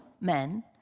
men